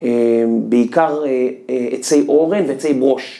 בעיקר עצי אורן ועצי ברוש.